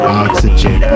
oxygen